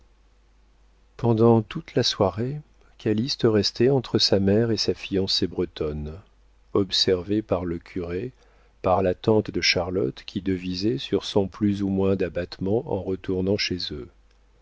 pendant toute la soirée calyste restait entre sa mère et sa fiancée bretonne observé par le curé par la tante de charlotte qui devisaient sur son plus ou moins d'abattement en retournant chez eux